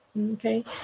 okay